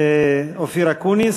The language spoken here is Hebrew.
אופיר אקוניס.